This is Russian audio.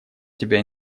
тебя